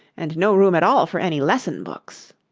and no room at all for any lesson-books